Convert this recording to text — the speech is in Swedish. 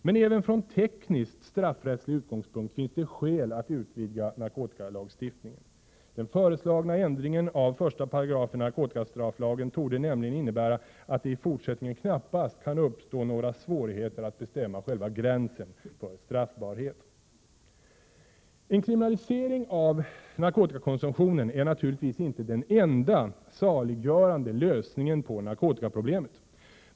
Men även från tekniskt straffrättslig utgångspunkt finns det skäl att utvidga narkotikalagstiftningen. Den föreslagna ändringen av 1 § narkotikastrafflagen torde nämligen innebära att det i fortsättningen knappast kan uppstå några svårigheter att bestämma själva gränsen för straffbarhet. En kriminalisering av narkotikakonsumtionen är naturligtvis inte den enda, saliggörande lösningen på narkotikaproblemet.